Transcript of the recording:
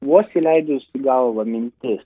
vos įleidus į galvą mintis